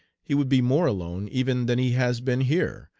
he would be more alone even than he has been here,